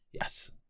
Yes